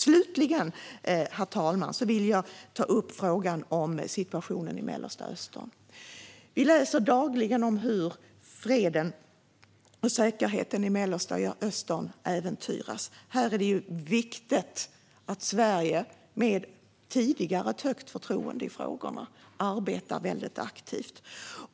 Slutligen, herr talman, vill jag ta upp frågan om situationen i Mellanöstern. Vi läser dagligen om hur freden och säkerheten i Mellanöstern äventyras. Här är det viktigt att Sverige, med tidigare ett högt förtroende i frågorna, arbetar väldigt aktivt.